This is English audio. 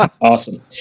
Awesome